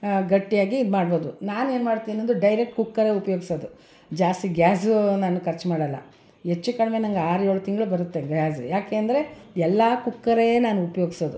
ಗಟ್ಟಿಯಾಗಿ ಇದು ಮಾಡ್ಬೋದು ನಾನೇನು ಮಾಡ್ತೀನೆಂದ್ರೆ ಡೈರೆಕ್ಟ್ ಕುಕ್ಕರ್ ಉಪಯೋಗಿಸೋದು ಜಾಸ್ತಿ ಗ್ಯಾಸು ನಾನು ಖರ್ಚು ಮಾಡೋಲ್ಲ ಹೆಚ್ಚು ಕಡಿಮೆ ನಂಗೆ ಆರು ಏಳು ತಿಂಗಳು ಬರುತ್ತೆ ಗ್ಯಾಸ್ ಯಾಕೆಂದರೆ ಎಲ್ಲ ಕುಕ್ಕರೆ ನಾನು ಉಪಯೋಗಿಸೋದು